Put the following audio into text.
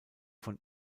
von